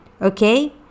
okay